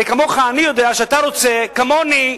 אני כמוך, אני יודע שאתה רוצה כמוני.